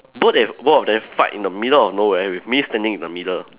both they both of them fight in the middle of nowhere with me standing in the middle